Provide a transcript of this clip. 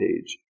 page